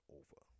over